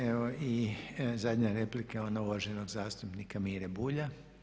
Evo i zadnja replika, ona uvaženog zastupnika Mire Bulja.